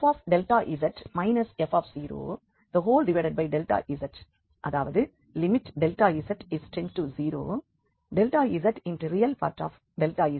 z→0fz fz அதாவது z→0zRez f00